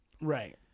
right